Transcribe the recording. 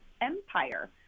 empire